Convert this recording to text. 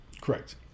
Correct